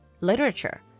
literature